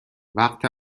وقت